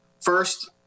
First